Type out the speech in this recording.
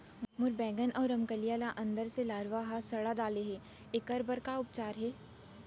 मोर बैगन अऊ रमकेरिया ल अंदर से लरवा ह सड़ा डाले हे, एखर बर का उपचार हे?